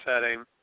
setting